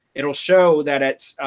it will show that it's